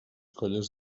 colles